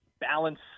balance